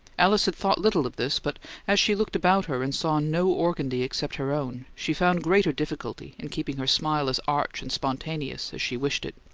alice had thought little of this but as she looked about her and saw no organdie except her own, she found greater difficulty in keeping her smile as arch and spontaneous as she wished it.